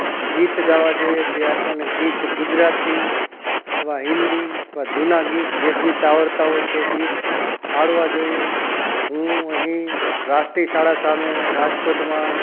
ગીત ગાવા જોઈએ જે આપણને ગીત ગુજરાતી અથવા હિન્દી અથવા જૂના ગીત જે ગીત આવડતા હોય તે ગીત આવડવા જોઈએ હું અહીં રાસટી શાળા સામે રાજકોટમાં